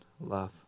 love